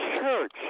church